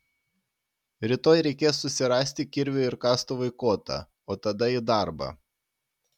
rytoj reikės susirasti kirviui ir kastuvui kotą o tada į darbą